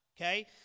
okay